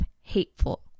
hateful